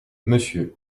monsieur